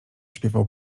śpiewał